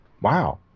Wow